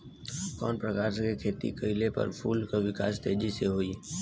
कवना प्रकार से खेती कइला पर फूल के विकास तेजी से होयी?